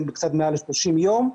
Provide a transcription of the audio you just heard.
קצת מעל ל-30 יום.